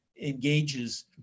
engages